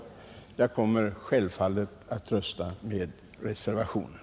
Jag kommer självfallet att rösta för reservationerna.